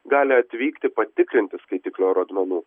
gali atvykti patikrinti skaitiklio rodmenų